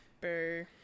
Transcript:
Boo